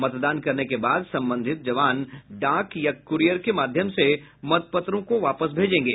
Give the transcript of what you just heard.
मतदान करने के बाद संबंधित जवान डाक या कुरीयर के माध्यम से मतपत्रों को वापस भेजेंगे